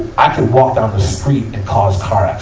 i could walk down the street and cause car